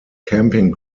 camping